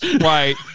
right